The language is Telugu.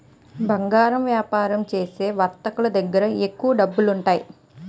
బంగారు వ్యాపారం చేసే వర్తకులు దగ్గర ఎక్కువ డబ్బులుంటాయి